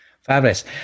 Fabulous